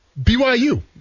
BYU